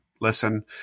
listen